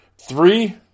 three